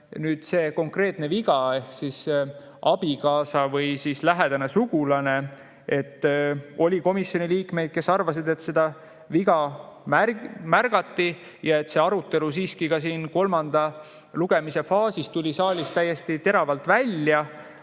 sellele konkreetsele veale, ehk kas abikaasa või lähedane sugulane. Oli komisjoni liikmeid, kes arvasid, et seda viga märgati ja see arutelu siiski siin kolmanda lugemise faasis tuli saalis täiesti teravalt välja,